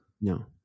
No